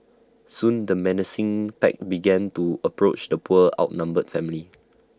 soon the menacing pack began to approach the poor outnumbered family